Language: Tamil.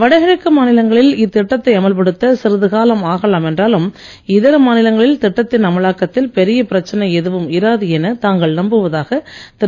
வடகிழக்கு மாநிலங்களில் இத்திட்டத்தை அமல்படுத்த சிறிது காலம் ஆகலாம் என்றாலும் இதர மாநிலங்களில் திட்டத்தின் அமலாக்கத்தில் பெரிய பிரச்சனை எதுவும் இராது என தாங்கள் நம்புவதாக திரு